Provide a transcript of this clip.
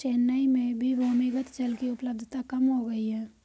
चेन्नई में भी भूमिगत जल की उपलब्धता कम हो गई है